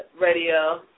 radio